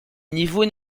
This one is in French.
niveau